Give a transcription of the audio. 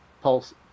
pulse